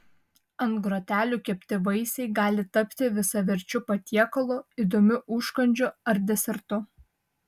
ant grotelių kepti vaisiai gali tapti visaverčiu patiekalu įdomiu užkandžiu ar desertu